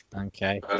Okay